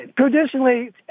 traditionally